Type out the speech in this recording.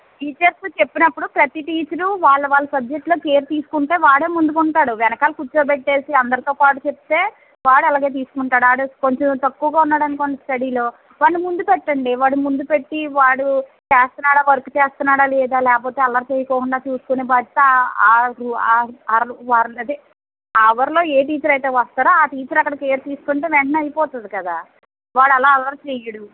teachers చెప్పినప్పుడు ప్రతి teacher వాళ్ళ వాళ్ళ సబ్జెక్ట్లో కేర్ తీసుకుంటే వాడే ముందుకుంటాడు వెనకాల కూర్చోబెట్టేసి అందరితో పాటు చెప్తే వాడలాగే తీస్కుంటాడు వాడు కొంచెం తక్కువగా ఉన్నాడనుకోండి స్టడీలో వాణ్ణి ముందు పెట్టండి వాడు ముందు పెట్టి వాడు చేస్తన్నాడా వర్క్ చేస్తన్నాడా లేదా లాకపోతే అల్లరి చెయ్యకుండా చూసుకునే బాధ్యత అర్ వాళ్ళదే ఆ అవర్లో ఏ టీచర్ అయితే వస్తాడో ఆ టీచర్ అక్కడ కేర్ తీసుకుంటే వెంటనే అయిపోతుంది కదా వాడు అలా అల్లరి చెయ్యడు